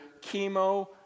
chemo